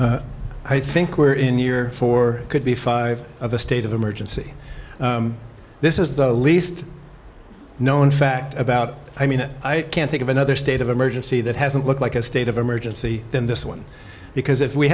i think we're in year four could be five of the state of emergency this is the least known fact about i mean i can't think of another state of emergency that hasn't looked like a state of emergency than this one because if we